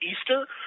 Easter